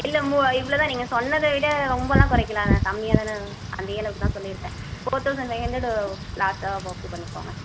இல்லை மூ இவ்வளோ தான் நீங்கள் சொன்னதை விட ரொம்பெலாம் குறைக்கல அதை கம்மியாக தானே அதே அளவுக்கு தான் சொல்லியிருக்கேன் ஃபோர் தௌசண்ட் ஃபைவ் ஹண்ரடு லாஸ்ட்டாக ஓகே பண்ணிக்கோங்க